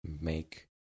make